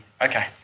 okay